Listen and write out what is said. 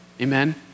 Amen